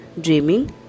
dreaming